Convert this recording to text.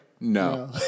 No